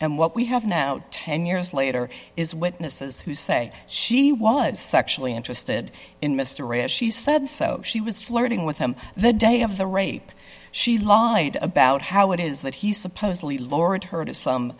and what we have now ten years later is witnesses who say she was sexually interested in mr ray as she said so she was flirting with him the day of the rape she lied about how it is that he supposedly lorad her to some